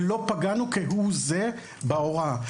ולא פגענו כהוא זה בהוראה.